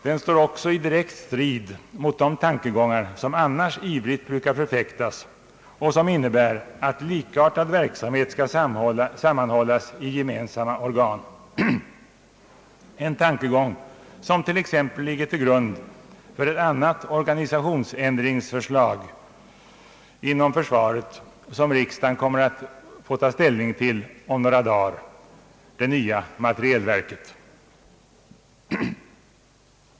Den står också i direkt strid mot de tankegångar som annars ivrigt brukar förfäktas och som innebär att likartad verksamhet skall sammanhållas i gemensamma organ, en tankegång som t.ex. ligger till grund för ett annat organisationsändringsförslag inom försvaret som riksdagen kommer att få ta ställning till om några dagar — det nya materielverket.